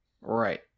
Right